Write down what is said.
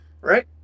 Right